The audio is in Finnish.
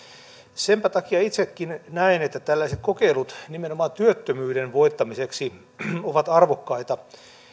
senpä takia itsekin näen että tällaiset kokeilut nimenomaan työttömyyden voittamiseksi ovat arvokkaita